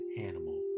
animal